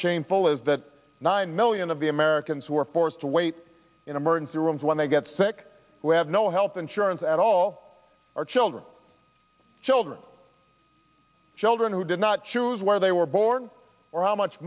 shameful is that nine million of the americans were forced to wait in emergency rooms when they get sick we have no health insurance at all our children children children who did not choose where they were born or how much